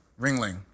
Ringling